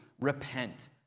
repent